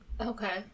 Okay